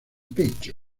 pecho